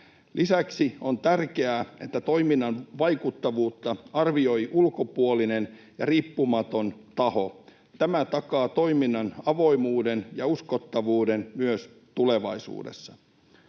Lisäksi on tärkeää, että toiminnan vaikuttavuutta arvioi ulkopuolinen riippumaton taho. Tämä takaa toiminnan avoimuuden ja uskottavuuden myös tulevaisuudessa.